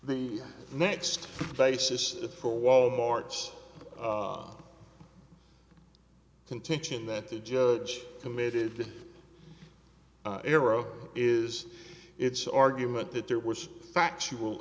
the next basis for wal mart's contention that the judge committed arrow is its argument that there was factual